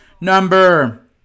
number